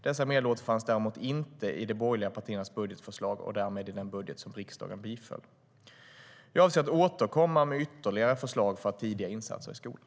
Dessa medel återfanns däremot inte i de borgerliga partiernas budgetförslag och därmed inte i den budget som riksdagen biföll.